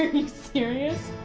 you serious?